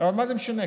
אבל מה זה משנה?